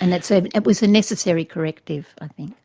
and that's, ah it was a necessary corrective i think.